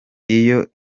iyo